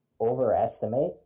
overestimate